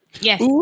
Yes